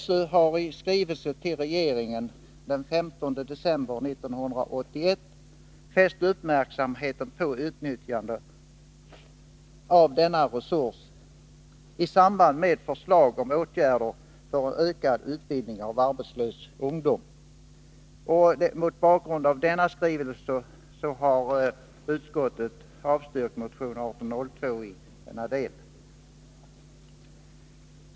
SÖ har i skrivelse till regeringen den 15 december 1981 fäst uppmärksamheten på utnyttjande av denna resurs i samband med förslag om åtgärder för ökad utbildning av arbetslös ungdom. Mot bakgrund av denna skrivelse avstyrkte utskottet motion 1802 i denna del.